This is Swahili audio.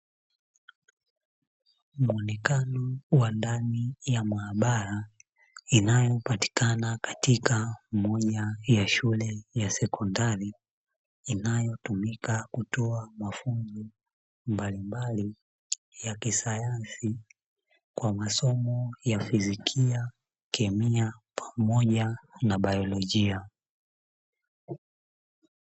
Muonekano wa ndani ya maabara inayopatikana katika moja ya shule ya sekondari inayotumika kutoa mafunzo mbalimbali ya kisayansi kwa masomo ya fizikia, kemia pamoja na baiolojia.